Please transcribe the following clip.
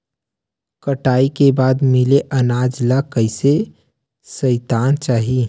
कटाई के बाद मिले अनाज ला कइसे संइतना चाही?